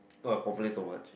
oh I complain too much